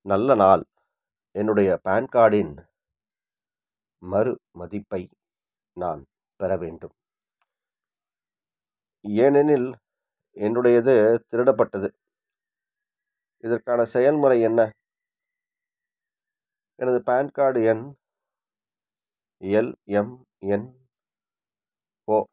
நல்ல நாள் என்னுடைய பான் கார்டின் மறுமதிப்பை நான் பெற வேண்டும் ஏனெனில் என்னுடையது திருடப்பட்டது இதற்கான செயல்முறை என்ன எனது பான் கார்டு எண் எல்எம்என்ஓ